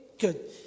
Good